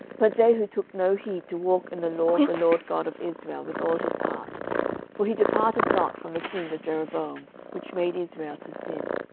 but jehu took no heed to walk in the law of the lord god of israel with all his heart for he departed not from the sins of jeroboam, which made israel to sin.